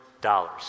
dollars